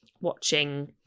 watching